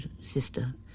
sister